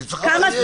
אני צריך לסיים.